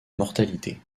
mortalité